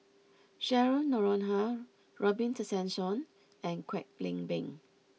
Cheryl Noronha Robin Tessensohn and Kwek Leng Beng